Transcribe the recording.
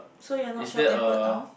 so you're not short tempered now